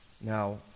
Now